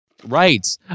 Right